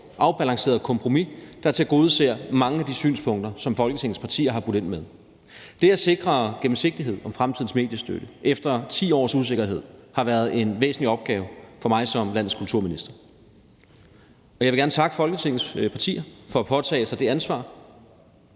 afbalanceret kompromis, der tilgodeser mange af de synspunkter, som Folketingets partier har budt ind med. Det at sikre gennemsigtighed om fremtidens mediestøtte efter 10 års usikkerhed har været en væsentlig opgave for mig som landets kulturminister. Kl. 15:54 Jeg vil gerne takke Folketinget partier for at påtage sig det ansvar